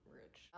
rich